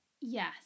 Yes